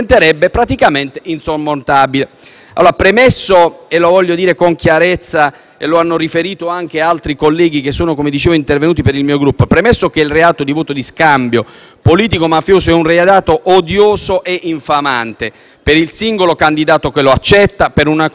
Premesso - lo voglio dire con chiarezza e lo hanno riferito anche altri colleghi che sono intervenuti per il mio Gruppo - che quello del voto di scambio politico-mafioso è un reato odioso e infamante per il singolo candidato che lo accetta, per una comunità civile e per la democrazia in sé,